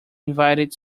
invited